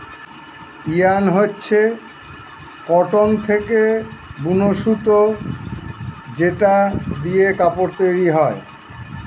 yarn হচ্ছে cotton থেকে বুন সুতো যেটা দিয়ে কাপড় তৈরী হয়